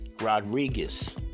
Rodriguez